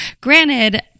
Granted